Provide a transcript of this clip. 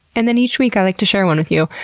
and then, each week, i like to share one with you.